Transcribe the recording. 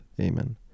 Amen